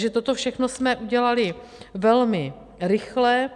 Takže toto všechno jsme udělali velmi rychle.